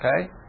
okay